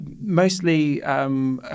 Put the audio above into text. mostly